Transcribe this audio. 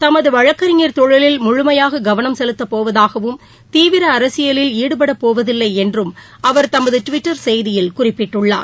தமது வழக்கறிஞர் தொழிலில் முழுமையாக கவளம் செலுத்தப்போவதாகவும் தீவிர அரசியலில் ஈடுபடப்போவதில்லை என்றும் அவர் தமது டுவிட்டர் செய்தியில் குறிப்பிட்டுள்ளார்